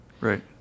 Right